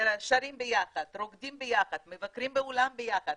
שרים ביחד, רוקדים ביחד, מבקרים בעולם ביחד,